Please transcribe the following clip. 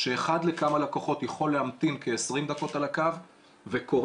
שאחד לכמה לקוחות יכול להמתין כ-20 דקות על הקו וקורה